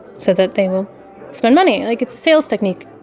so that they will spend money, like it's a sales technique